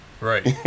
right